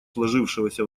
сложившегося